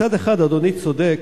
מצד אחד אדוני צודק,